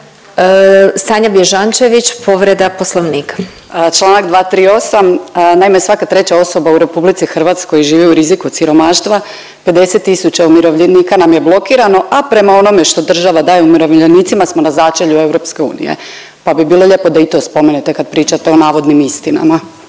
**Bježančević, Sanja (SDP)** Članak 238. Naime, svaka treća osoba u Republici Hrvatskoj živi u riziku od siromaštva. 50 000 umirovljenika nam je blokirano, a prema onome što država daje umirovljenicima smo na začelju EU, pa bi bilo lijepo da i to spomenete kad pričate o navodnim istinama.